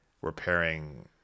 repairing